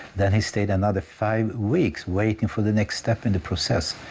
then he stayed another five weeks waiting for the next step in the process,